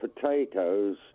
potatoes